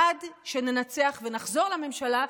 עד שננצח ונחזור לממשלה,